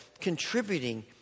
contributing